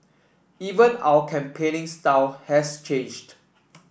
even our campaigning style has changed